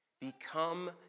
become